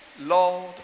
Lord